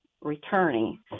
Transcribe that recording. returning